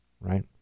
right